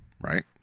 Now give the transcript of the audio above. right